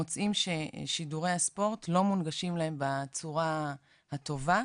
מוצאים ששידורי הספורט לא מונגשים להם בצורה הטובה,